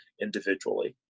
individually